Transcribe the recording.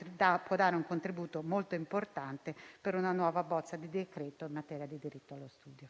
che può dare un contributo molto importante per una nuova bozza di decreto in materia di diritto allo studio.